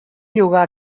llogar